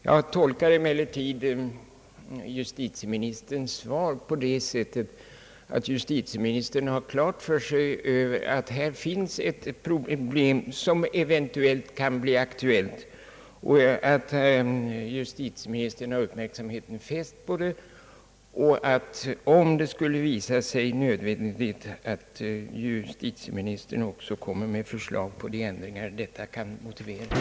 Jag tolkar emellertid justitieminis terns svar så, att han har klart för sig att här finns ett problem som eventuellt kan bli aktuellt, liksom att justitieministern har uppmärksamheten fäst på det och, om så skulle visa sig nödvändigt, kommer att föreslå de ändringar i lagstiftningen som kan vara motiverade.